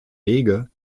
wege